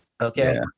okay